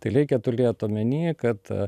tai leikia tulėt omeny kad